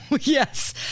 Yes